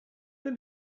let